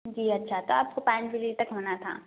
جی اچھا تو آپ کو پانچ بجے تک ہونا تھا